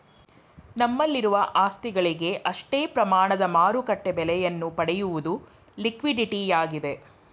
ನಮ್ಮಲ್ಲಿರುವ ಆಸ್ತಿಗಳಿಗೆ ಅಷ್ಟೇ ಪ್ರಮಾಣದ ಮಾರುಕಟ್ಟೆ ಬೆಲೆಯನ್ನು ಪಡೆಯುವುದು ಲಿಕ್ವಿಡಿಟಿಯಾಗಿದೆ